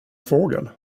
fågel